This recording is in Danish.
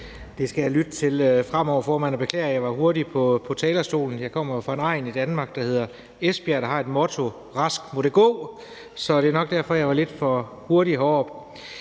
formand; jeg beklager, at jeg var hurtig på talerstolen. Jeg kommer jo fra en egn i Danmark, der hedder Esbjerg, der har et motto: Rask må det gå. Så det er nok derfor, at jeg var lidt for hurtig heroppe.